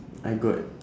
I got